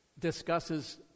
discusses